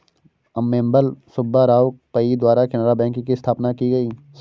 अम्मेम्बल सुब्बा राव पई द्वारा केनरा बैंक की स्थापना की गयी